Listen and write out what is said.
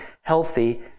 healthy